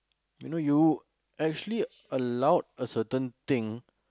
you know you actually allowed a certain thing